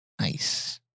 Nice